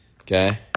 Okay